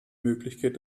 möglichkeit